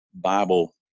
Bible